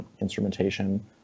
instrumentation